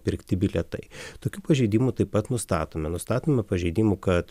pirkti bilietai tokių pažeidimų taip pat nustatome nustatome pažeidimų kad